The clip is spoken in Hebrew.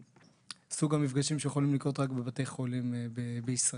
מסוג המפגשים שיכולים לקרות רק בבתי חולים בישראל.